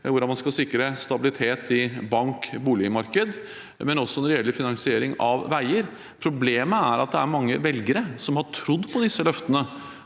hvordan man skal sikre stabilitet i bank- og boligmarkedet, og også når det gjelder finansiering av veier. Problemet er at det er mange velgere som har trodd på disse løftene,